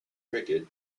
cricket